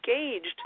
engaged